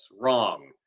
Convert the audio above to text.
wrong